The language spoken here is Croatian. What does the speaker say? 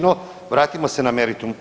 No vratimo se na meritum.